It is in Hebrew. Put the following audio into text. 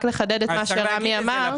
רק לחדד את מה שרמי אמר.